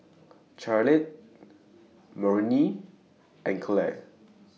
Carlyle Marilynn and Claire